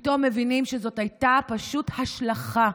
פתאום מבינים שזאת הייתה פשוט השלכה.